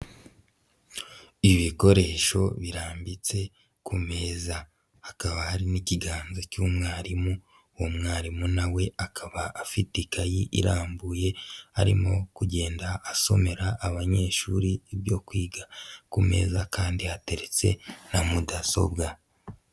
Ibikoresho birambitse ku meza, hakaba hari nikiganza cy'umwarimu, uwo mwarimu nawe we akaba afite ikayi irambuye, arimo kugenda asomera abanyeshuri ibyo kwiga, ku meza kandi hateretse na mudasobwa.